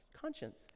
conscience